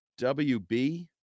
WB